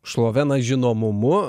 šlove na žinomumu